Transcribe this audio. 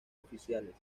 oficiales